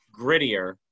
grittier